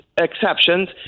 exceptions